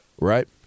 Right